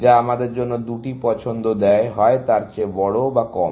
যা আমাদের জন্য দুটি পছন্দ দেয় হয় তার চেয়ে বড় বা কম